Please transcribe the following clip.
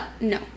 no